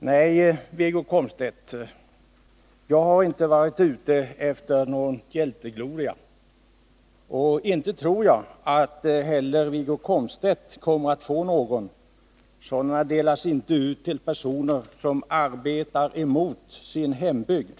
Herr talman! Jag har inte varit ute efter någon hjältegloria, Wiggo Komstedt, och inte tror jag att Wiggo Komstedt heller kommer att få någon. Sådana delas inte ut till personer som arbetar mot sin hembygd.